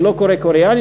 אני לא קורא קוריאנית,